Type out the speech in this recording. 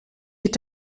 geht